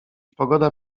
pogoda